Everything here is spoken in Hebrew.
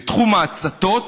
בתחום ההצתות,